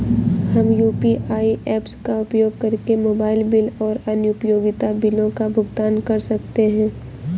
हम UPI apps का उपयोग करके मोबाइल बिल और अन्य उपयोगिता बिलों का भुगतान कर सकते हैं